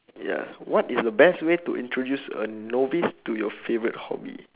ya what is the best way to introduce a novice to your favourite hobby